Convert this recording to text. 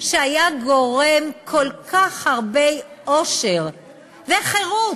שהיה גורם כל כך הרבה אושר וחירות